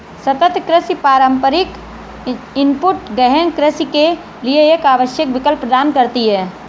सतत कृषि पारंपरिक इनपुट गहन कृषि के लिए एक आवश्यक विकल्प प्रदान करती है